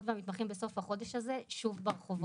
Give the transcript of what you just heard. והמתמחים בסוף החודש הזה שוב ברחובות.